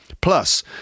Plus